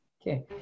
Okay